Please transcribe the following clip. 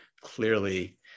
Clearly